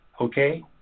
Okay